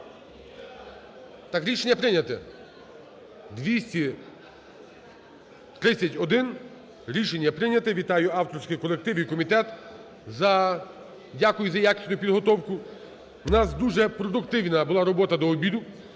Так рішення прийнято, 231, рішення прийнято. Вітаю авторський колектив і комітет! За... Дякую за якісну підготовку. У нас дуже продуктивна була робота до обіду.